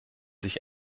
sich